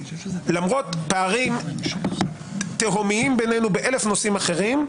למרות פערים תהומיים בינינו באלף נושאים אחרים,